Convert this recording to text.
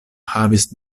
havis